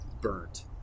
burnt